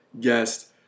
guest